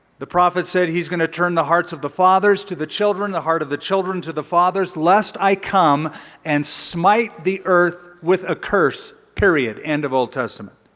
the prophet said he's going to turn the hearts of the fathers to the children. the heart of the children to the fathers. lest i come and smite the earth with a curse, period, end of old testament.